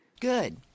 Good